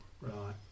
right